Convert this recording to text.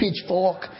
pitchfork